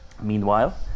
Meanwhile